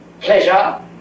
pleasure